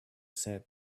said